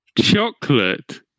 chocolate